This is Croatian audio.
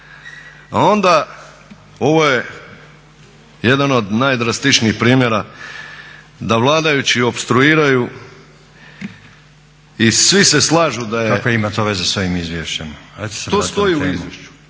a onda ovo je jedan od najdrastičnijih primjera da vladajući opstruiraju i svi se slažu … …/Upadica Stazić: Kakve ima to veze sa ovim izvješćem? Hajde se